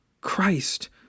Christ